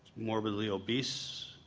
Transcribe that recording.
morbidly obese,